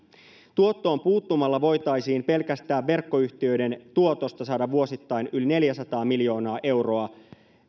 tuottoon puuttumalla voitaisiin pelkästään verkkoyhtiöiden tuotosta saada vuosittain yli neljäsataa miljoonaa euroa